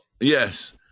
yes